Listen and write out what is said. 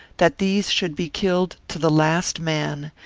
that these should be killed to the last man,